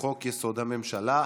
לחוק-יסוד: הממשלה,